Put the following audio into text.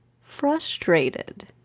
frustrated